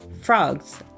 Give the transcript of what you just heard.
frogs